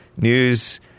News